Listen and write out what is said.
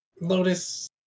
Lotus